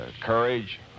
courage